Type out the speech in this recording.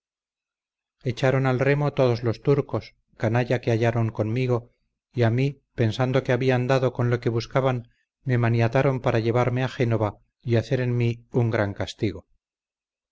echaron al remo todos los turcos canalla que hallaron conmigo y a mi pensando que habían dado con lo que buscaban me maniataron para llevarme a génova y hacer en mí un gran castigo